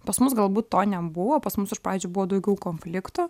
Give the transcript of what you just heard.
pas mus galbūt to nebuvo pas mus iš pradžių buvo daugiau konfliktų